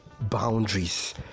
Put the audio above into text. boundaries